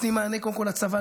ונותנים מענה קודם כול לצבא,